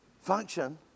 function